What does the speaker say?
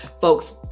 folks